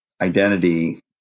identity